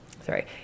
Sorry